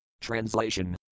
Translation